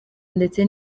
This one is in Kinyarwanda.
ndetse